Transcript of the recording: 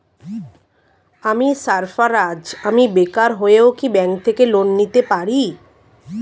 আমি সার্ফারাজ, আমি বেকার হয়েও কি ব্যঙ্ক থেকে লোন নিতে পারি?